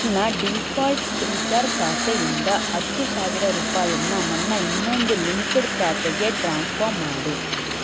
ನನ್ನ default Freecharge ಖಾತೆಯಿಂದ ಹತ್ತು ಸಾವಿರ ರೂಪಾಯಿಯನ್ನು ನನ್ನ ಇನ್ನೊಂದು ಲಿಂಕ್ಡ್ ಖಾತೆಗೆ ಟ್ರಾನ್ಸ್ಫರ್ ಮಾಡು